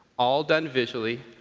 all done visually,